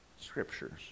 Scriptures